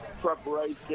preparation